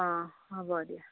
অ হ'ব দিয়া